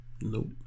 Nope